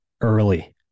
Early